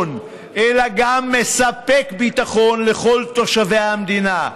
ביטחון אלא גם מספק ביטחון לכל תושבי המדינה.